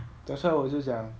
that's why 我就讲